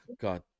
God